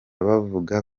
bavuga